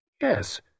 yes